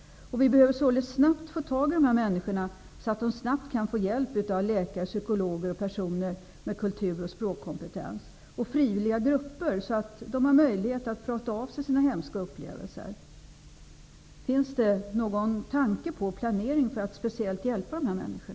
Vi behöver således snabbt få tag i dessa människor så att de skyndsamt kan få hjälp av läkare, psykologer, personer med kultur och språkkompetens och frivilliga grupper. Då kan de få möjlighet att prata av sig sina hemska upplevelser. Finns det någon tanke på och planering för att speciellt hjälpa dessa människor?